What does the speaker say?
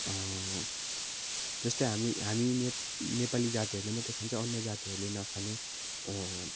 जस्तै हाम्रो हामी नेप नेपाली जातिहरूले मात्रै खान्छ अन्य जातिहरूले नखाने